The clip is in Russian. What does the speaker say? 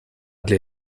для